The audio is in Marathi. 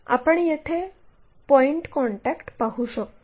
आपण येथे पॉईंट कॉन्टॅक्ट पाहू शकतो